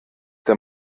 der